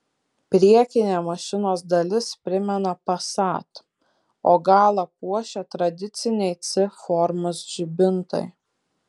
priekinė mašinos dalis primena passat o galą puošia tradiciniai c formos žibintai